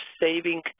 saving